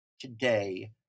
today